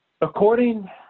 According